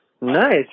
Nice